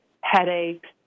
headaches